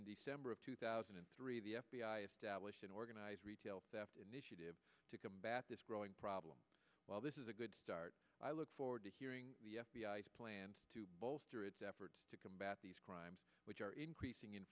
in december of two thousand and three the f b i established an organized retail theft initiative to combat this growing problem while this is a good start i look forward to hearing the f b i s plan to bolster its efforts to combat these crimes which are increasing